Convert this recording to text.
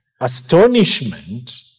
astonishment